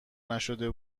نشده